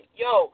yo